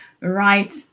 right